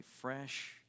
fresh